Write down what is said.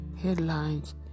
headlines